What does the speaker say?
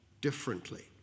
differently